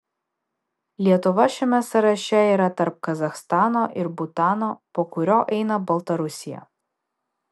lietuva šiame sąraše yra tarp kazachstano ir butano po kurio eina baltarusija